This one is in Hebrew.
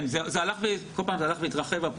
כן, כל פעם הפער הלך והתרחב.